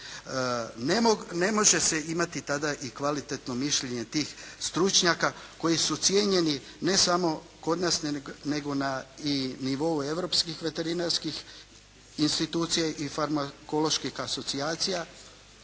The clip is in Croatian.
Ne može se imati tada i kvalitetno mišljenje tih stručnjaka koji su cijenjeni ne samo kod nas nego na, i na nivou europskih veterinarskih institucija i farmakoloških asocijacija.